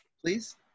please